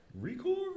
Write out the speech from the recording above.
Record